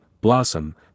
Blossom